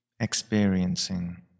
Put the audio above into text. experiencing